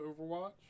Overwatch